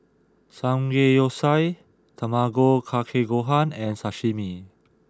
Samgeyopsal Tamago kake gohan and Sashimi